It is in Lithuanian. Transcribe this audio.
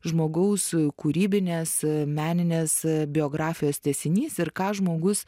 žmogaus kūrybinės meninės biografijos tęsinys ir ką žmogus